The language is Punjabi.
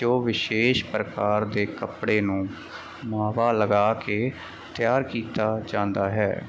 ਜੋ ਵਿਸ਼ੇਸ਼ ਪ੍ਰਕਾਰ ਦੇ ਕੱਪੜੇ ਨੂੰ ਮਾਵਾ ਲਗਾ ਕੇ ਤਿਆਰ ਕੀਤਾ ਜਾਂਦਾ ਹੈ